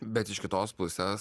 bet iš kitos pusės